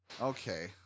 okay